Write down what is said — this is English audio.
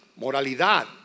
moralidad